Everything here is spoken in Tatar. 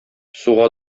суга